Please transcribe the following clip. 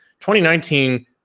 2019